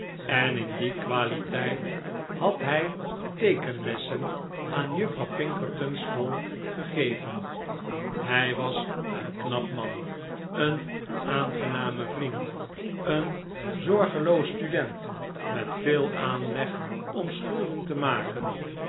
en in die qualiteit had hij teekenlessen aan juffrouw pinkerton's school gegeven hij was een knap man een aangename vriend een zorgeloos student met veel aanleg om schulden te maken